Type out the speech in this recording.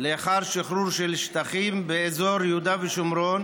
לאחר שחרור של שטחים באזור יהודה ושומרון